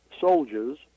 soldiers